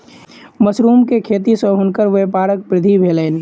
mushroom के खेती सॅ हुनकर व्यापारक वृद्धि भेलैन